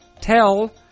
tell